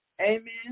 Amen